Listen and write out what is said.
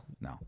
No